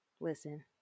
Listen